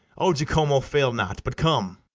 o jacomo, fail not, but come.